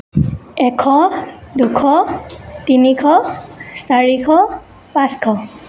এশ দুশ তিনিশ চাৰিশ পাঁচশ